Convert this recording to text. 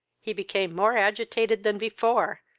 he became more agitated than before,